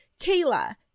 kayla